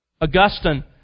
Augustine